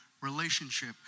relationship